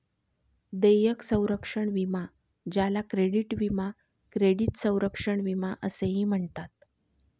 देयक संरक्षण विमा ज्याला क्रेडिट विमा क्रेडिट संरक्षण विमा असेही म्हणतात